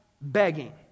begging